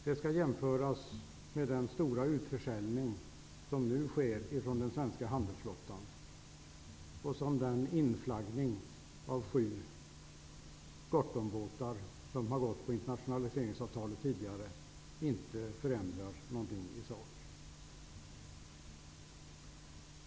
Det skall jämföras med den stora utförsäljning som nu sker från den svenska handelsflottan och som inflaggningen av sju Gorthonbåtar, som har gått på internationaliseringsavtalet tidigare, inte förändrar någonting i sak.